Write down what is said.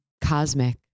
cosmic